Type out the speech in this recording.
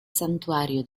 santuario